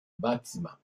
bâtiment